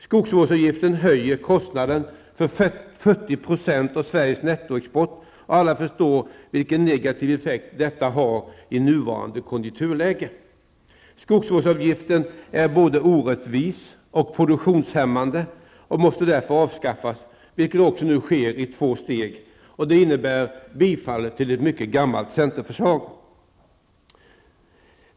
Skogsvårdsavgiften höjer kostnaden för 40 % av Sveriges nettoexport och alla förstår vilken negativ effekt detta har i nuvarande konjunkturläge. Skogsvårdsavgiften är både orättvis och produktionshämmande och måste därför avskaffas vilket också sker i två steg. Detta innebär bifall till ett mycket gammalt centerkrav.